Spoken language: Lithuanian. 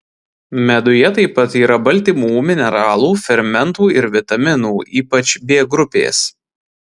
meduje taip pat yra baltymų mineralų fermentų ir vitaminų ypač b grupės